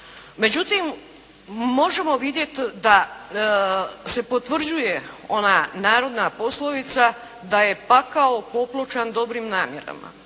Međutim, možemo vidjet da se potvrđuje ona narodna poslovica da je pakao popločan dobrim namjerama.